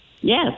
Yes